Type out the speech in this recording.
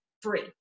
free